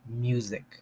music